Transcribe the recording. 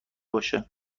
باشه